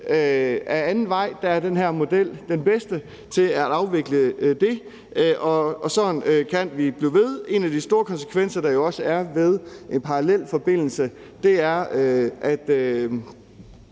en anden vej? Der er den her model den bedste til at afvikle det. Og sådan kan vi blive ved. En af de store konsekvenser, der jo også er ved en parallelforbindelse, er, at